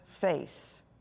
face